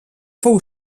fou